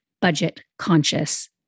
budget-conscious